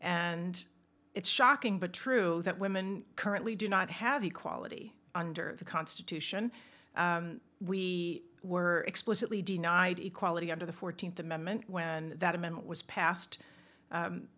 and it's shocking but true that women currently do not have equality under the constitution we were explicitly denied equality under the th amendment when that amendment was pas